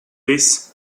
these